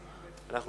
נתקבלה.